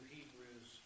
Hebrews